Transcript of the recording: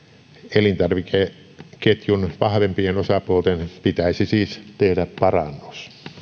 elintarvikeketjun vahvempien osapuolten pitäisi siis tehdä parannus